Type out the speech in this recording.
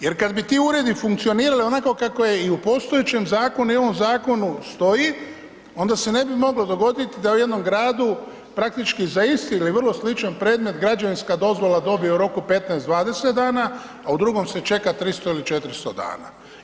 Jer kad bi ti uredi funkcionirali onako kako je i u postojećem zakonu i ovom zakonu stoji, onda se ne bi moglo dogodit da u jednom gradu praktički za isti ili vrlo sličan predmet, građevinska dozvola dobije u roku 15, 20 dana, a u drugom se čeka 300 ili 400 dana.